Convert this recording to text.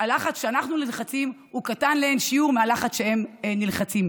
הלחץ שאנחנו נלחצים הוא קטן לאין שיעור מהלחץ שהם נלחצים.